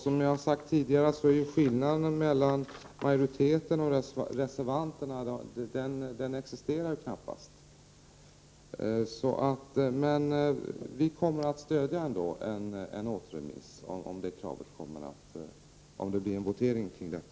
Som jag har sagt tidigare existerar det knappast någon skillnad mellan majoritetens och reservanternas uppfattning. Vi kommer ändå att stödja en återremiss, om det blir en votering om det.